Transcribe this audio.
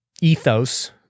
ethos